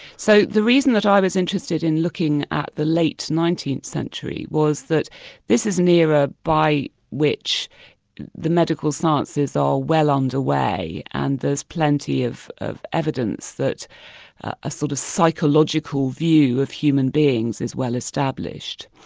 so the reason that i was interested in looking at the late nineteenth century was that this is an era by which the medical sciences are well under way, and there's plenty of of evidence that a sort of psychological view of human beings is well established.